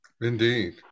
Indeed